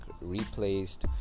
replaced